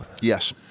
Yes